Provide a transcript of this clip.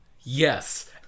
Yes